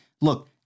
look